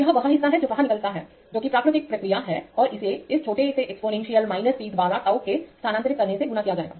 यह वह हिस्सा है जो बाहर निकलता है जो कि प्राकृतिक प्रतिक्रिया है और इसे इस छोटे से एक्सपोनेंशियल t द्वारा ताऊ को स्थानांतरित करने से गुणा किया जाएगा